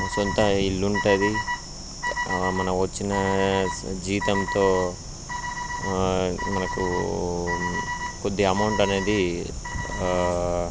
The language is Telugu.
సొంత ఇళ్ళు ఉంటుంది మన వచ్చిన జీతంతో మనకు కొద్దిగా అమౌంట్ అనేది